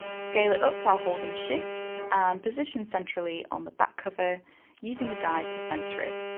scale it up while holding shift and position centrally on the back cover using the guide to center it.